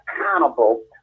accountable